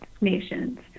nations